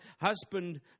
husband